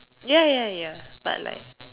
ya ya ya but like